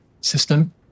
system